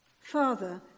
Father